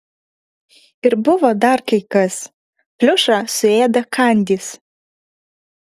ir buvo dar kai kas pliušą suėdė kandys